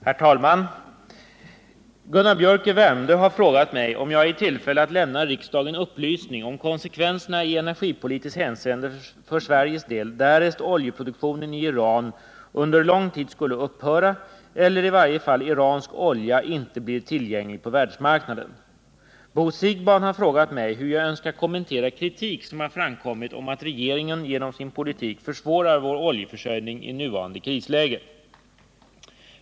Herr talman! Gunnar Biörck i Värmdö har frågat mig om jag är i tillfälle att lämna riksdagen upplysning om konsekvenserna i energipolitiskt hänseende för Sveriges del därest oljeproduktionen i Iran under lång tid skulle upphöra eller i varje fall iransk olja icke blir tillgänglig på världsmarknaden. Bo Siegbahn har frågat mig hur jag önskar kommentera kritik som har framkommit om att regeringen genom sin politik försvårar vår oljeförsörjning i nuvarande krisläge.